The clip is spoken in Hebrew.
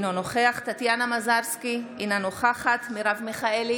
אינו נוכח טטיאנה מזרסקי, אינה נוכחת מרב מיכאלי,